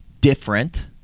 different